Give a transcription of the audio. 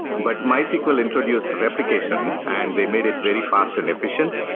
but mysql introduced replication and they made it very fast and efficient,